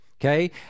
okay